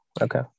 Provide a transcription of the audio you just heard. Okay